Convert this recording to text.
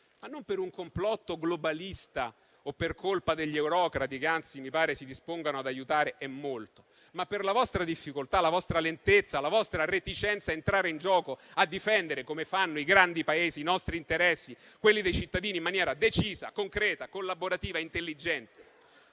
ma non per un complotto globalista o per colpa degli eurocrati, che anzi mi pare si dispongano ad aiutare e molto, ma per la vostra difficoltà, la vostra lentezza, la vostra reticenza a entrare in gioco, a difendere - come fanno i grandi Paesi - i nostri interessi, quelli dei cittadini, in maniera decisa, concreta, collaborativa e intelligente.